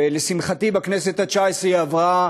ולשמחתי, בכנסת התשע-עשרה היא עברה